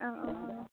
অঁ অঁ